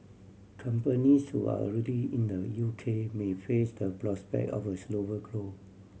companies who are already in the U K may face the prospect of a slower grow